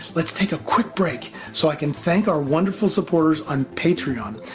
let's take a quick break so i can thank our wonderful supporters on patreon,